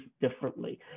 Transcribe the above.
differently